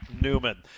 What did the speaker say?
Newman